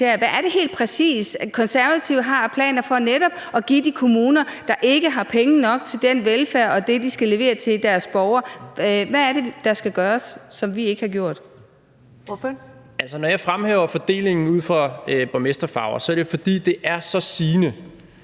Hvad er det helt præcis, som Konservative har af planer for netop at give til de kommuner, der ikke har penge nok til den velfærd og til det, de skal levere til deres borgere? Hvad er det, der skal gøres, som vi ikke har gjort? Kl. 19:59 Første næstformand (Karen Ellemann): Ordføreren.